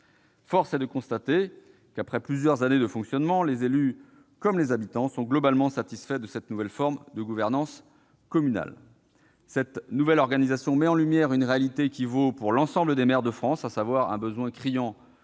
Force est de constater qu'après plusieurs années de fonctionnement les élus, comme les habitants, sont globalement satisfaits de cette nouvelle forme de gouvernance communale. Cette nouvelle organisation met en lumière une réalité qui vaut pour l'ensemble des maires de France, à savoir un besoin criant